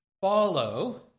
follow